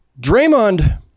Draymond